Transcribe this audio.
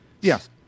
Yes